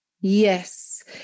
yes